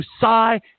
sigh